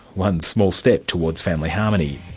one small step towards family harmony.